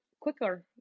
quicker